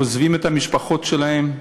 עוזבים את המשפחות שלהם,